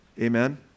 Amen